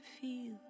feel